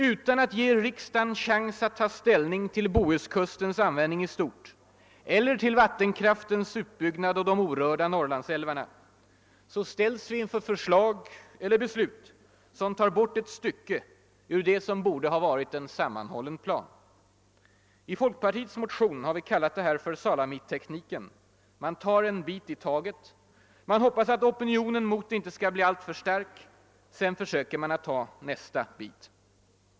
Utan att ge riksdagen en chans att ta ställning till Bohuskustens användning i stort eller till vattenkraftens utbyggnad i de orörda Norrlandsälvarna ställs vi inför förslag eller beslut som tar bort ett stycke ur det som borde ha varit en sammanhållen plan. I folkpartiets motion har vi kallat det här för salamitekniken: man tar en bit i taget, man hoppas att opinionen mot det inte ska bli alltför stark, sen försöker man ta nästa bit.